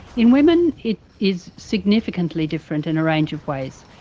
in women it is significantly different in a range of ways.